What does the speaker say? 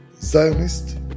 Zionist